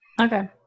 Okay